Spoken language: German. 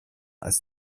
als